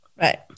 Right